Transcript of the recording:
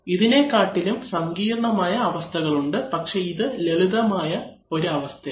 ഇതിനെ കാട്ടിലും സങ്കീർണമായ അവസ്ഥകളുണ്ട് പക്ഷേ ഇത് ഒരു ലളിതമായ അവസ്ഥയാണ്